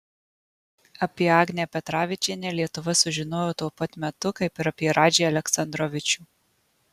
apie agnę petravičienę lietuva sužinojo tuo pat metu kaip ir apie radžį aleksandrovičių